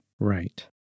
Right